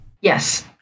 Yes